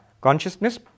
consciousness